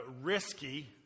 risky